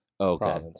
Okay